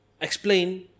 explain